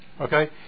Okay